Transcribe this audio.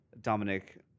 Dominic